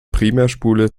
primärspule